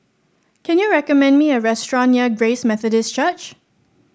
can you recommend me a restaurant near Grace Methodist Church